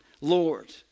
Lord